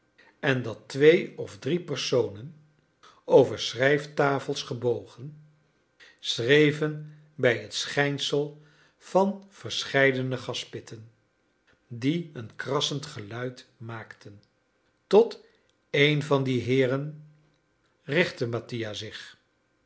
en dat twee of drie personen over schrijftafels gebogen schreven bij het schijnsel van verscheidene gaspitten die een krassend geluid maakten tot een van die heeren richtte mattia zich